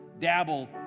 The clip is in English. dabble